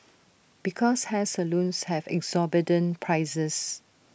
because hair salons have exorbitant prices